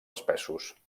espessos